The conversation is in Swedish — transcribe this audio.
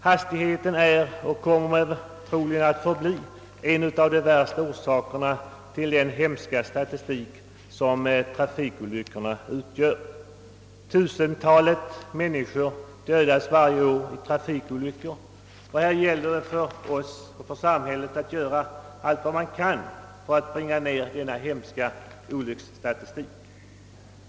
Hastigheten är och kommer förmodligen att bli en av de främsta orsakerna till de trafikolyckor som redovisas i den hemska statistik som finns på detta område. Tusentalet människor dödas varje år i trafikolyckor, och det gäller här för oss och för samhället att göra allt vad som kan göras för att bringa ned antalet trafikolyckor som återspeglas i denna hemska olycksfallsstatistik.